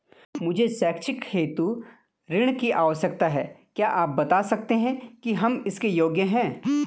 मुझे शैक्षिक हेतु ऋण की आवश्यकता है क्या आप बताना सकते हैं कि हम इसके योग्य हैं?